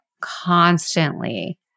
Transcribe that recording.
constantly